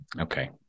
Okay